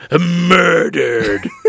murdered